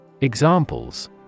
Examples